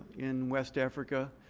in west africa,